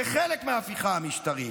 זה חלק מההפיכה המשטרית.